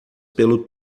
pelo